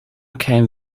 came